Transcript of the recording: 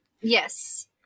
yes